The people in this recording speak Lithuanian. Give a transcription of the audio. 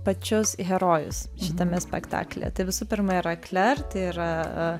pačius herojus šitame spektaklyje tai visų pirma yra kler tai yra